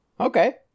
okay